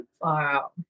wow